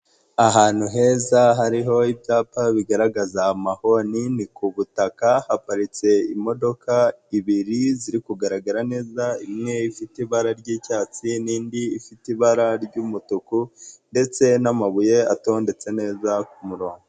Ahantu heza hariho ibyapa bigaragaza amahoni ni ku butaka haparitse imodoka ibiri ziri kugaragara neza, imwe ifite ibara ry'icyatsi n'indi ifite ibara ry'umutuku ndetse n'amabuye atondetse neza kumurongo.